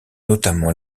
notamment